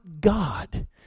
God